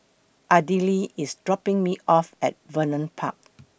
Ardelle IS dropping Me off At Vernon Park